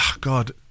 God